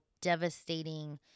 devastating